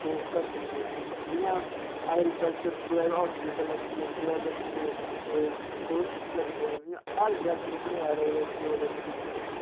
ओह् करी सकदे तुस जि'यां ऐग्रीकल्चर कुतै बी अस्पताल लगी गे कुतै लगी गे ते तुस लगी सकदे कि'यां हर जगह् कंप्यूटर गै ऐ यरो रेडियो लोजी जित्थै मर्जी जाओ